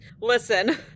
listen